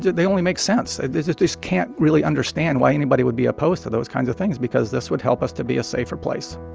they only make sense. they just can't really understand why anybody would be opposed to those kinds of things because this would help us to be a safer place